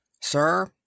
Sir